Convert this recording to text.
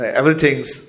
everything's